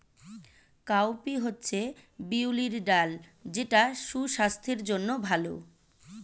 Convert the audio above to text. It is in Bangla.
কাউপি হচ্ছে বিউলির ডাল যেটা সুস্বাস্থ্যের জন্য ভালো